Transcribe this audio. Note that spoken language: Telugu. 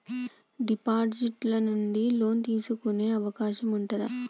డిపాజిట్ ల నుండి లోన్ తీసుకునే అవకాశం ఉంటదా?